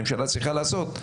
שממשלה צריכה לעשות,